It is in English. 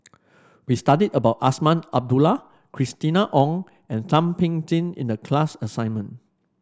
we studied about Azman Abdullah Christina Ong and Thum Ping Tjin in the class assignment